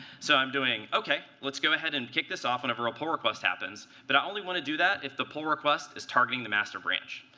so i'm doing, ok, let's go ahead and kick this whenever a pull request happens, but i only want to do that if the pull request is targeting the master branch.